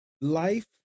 Life